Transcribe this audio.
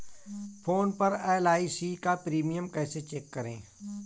Phone पर LIC का premium कैसे चेक करें?